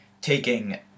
taking